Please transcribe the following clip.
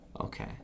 Okay